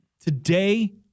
Today